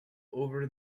over